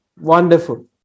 Wonderful